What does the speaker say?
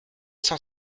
cent